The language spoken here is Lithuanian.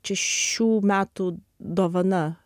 čia šių metų dovana